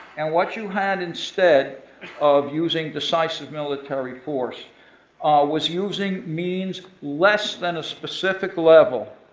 and what you had instead of using decisive military force was using means less than a specific level,